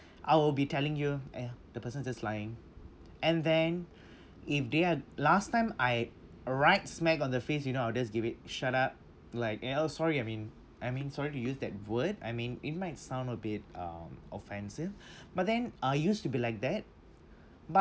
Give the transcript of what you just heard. I'll be telling you !aiya! the person just lying and then if they are last time I right smack on the face you know I'll just give it shut up like you know sorry I mean I mean sorry to use that word I mean it might sound a bit um offensive but then I used to be like that but